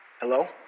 Hello